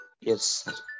Yes